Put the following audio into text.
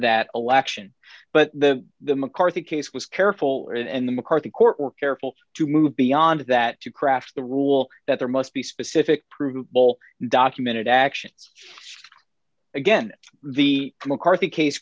that election but the mccarthy case was careful and the mccarthy court were careful to move beyond that to craft the rule that there must be specific provable documented actions again the mccarthy case